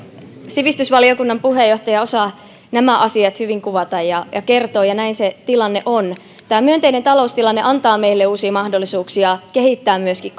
sivistysvaliokunnan puheenjohtaja osaa nämä asiat hyvin kuvata ja ja kertoa ja näin se tilanne on tämä myönteinen taloustilanne antaa meille uusia mahdollisuuksia kehittää myöskin